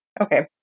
Okay